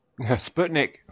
sputnik